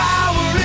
Power